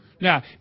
Now